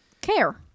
care